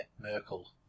Merkel